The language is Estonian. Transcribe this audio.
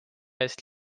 eest